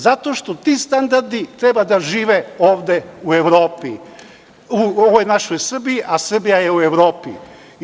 Zato što ti standardi treba da žive ovde u ovoj našoj Srbiji, a Srbija je u Evropi.